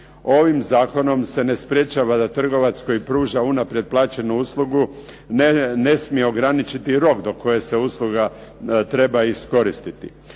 Ovim zakonom se ne sprječava da trgovac koji pruža unaprijed plaćenu uslugu ne smije ograničiti rok do koje se usluga treba iskoristiti.